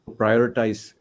prioritize